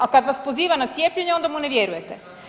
A kad vas poziva na cijepljenje onda mu ne vjerujete.